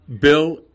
Bill